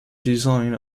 design